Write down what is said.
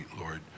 Lord